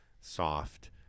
soft